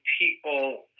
people